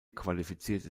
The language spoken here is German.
qualifizierte